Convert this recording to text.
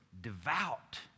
devout